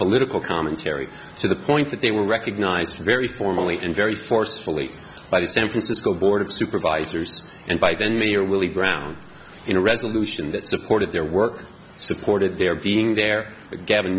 political commentary to the point that they were recognized very formally and very forcefully by the san francisco board of supervisors and by then mayor willie brown in a resolution that supported their work supported their being there gavin